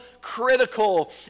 critical